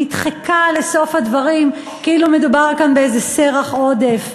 נדחקה לסוף הדברים כאילו מדובר כאן באיזה סרח עודף.